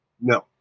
No